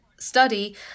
Study